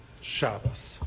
Shabbos